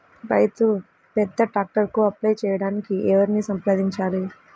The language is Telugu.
రైతు పెద్ద ట్రాక్టర్కు అప్లై చేయడానికి ఎవరిని సంప్రదించాలి?